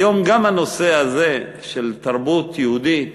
היום, גם הנושא הזה של תרבות יהודית